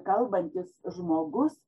kalbantis žmogus